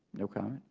okay.